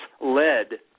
led